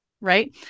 Right